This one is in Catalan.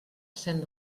cent